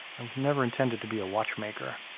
i was never intended to be a watchmaker.